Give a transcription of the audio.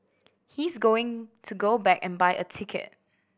he's going to go back and buy a ticket